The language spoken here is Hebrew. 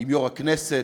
עם יושב-ראש הכנסת,